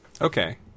Okay